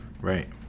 Right